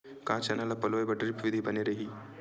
का चना ल पलोय बर ड्रिप विधी बने रही?